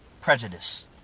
prejudice